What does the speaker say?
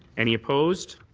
any opposed?